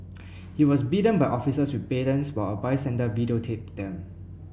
he was beaten by officers with batons while a bystander videotaped them